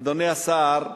אדוני השר,